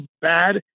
bad